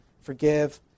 forgive